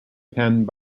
penned